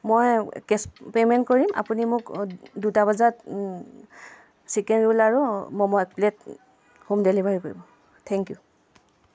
মই cash payment কৰিম আপুনি মোক দুটা বজাত চিকেন ৰোল আৰু মমো এক প্লেট হোম ডেলিভাৰী কৰিব থেংক ইউ